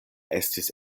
estis